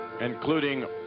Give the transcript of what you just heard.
including